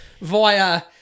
via